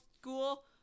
school